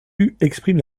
exprime